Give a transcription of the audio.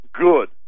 good